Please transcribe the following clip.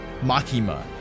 Makima